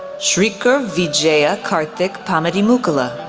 srikar vijaya karthik pamidimukkala,